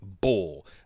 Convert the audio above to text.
Bull